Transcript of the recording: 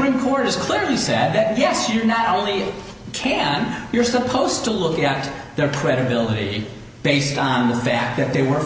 report is clear he said that yes you're not only can you're supposed to look at their credibility based on the fact that they were